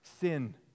sin